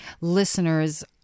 listeners